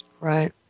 Right